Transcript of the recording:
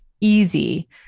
easy